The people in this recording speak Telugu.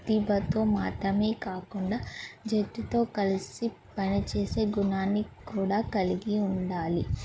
ప్రతిభతో మాత్రమే కాకుండా జట్టుతో కలిసి పనిచేసే గుణన్ని కూడా కలిగి ఉండాలి